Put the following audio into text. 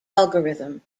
algorithm